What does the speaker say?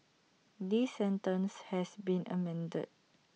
this sentence has been amended